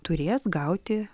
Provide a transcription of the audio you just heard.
turės gauti